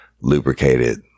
lubricated